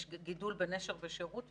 יש גידול בנשר בשירות,